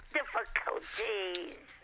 difficulties